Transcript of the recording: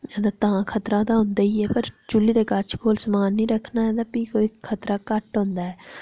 ते तां खतरा ते होंदा ही ऐ पर चु'ल्ली दे कच्छ कोल समान नि रक्खना ऐ ते फ्ही कोई खतरा घट्ट होंदा ऐ